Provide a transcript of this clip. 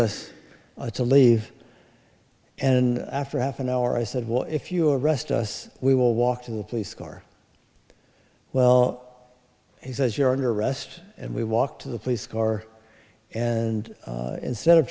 us to leave and after half an hour i said well if you arrest us we will walk in the police car well he says you're under arrest and we walked to the police car and instead of